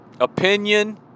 opinion